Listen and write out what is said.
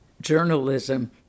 journalism